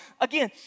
again